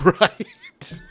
right